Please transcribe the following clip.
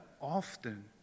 often